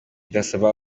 ndasaba